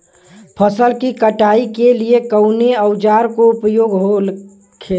फसल की कटाई के लिए कवने औजार को उपयोग हो खेला?